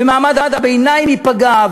ומעמד הביניים ייפגע,